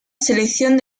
selección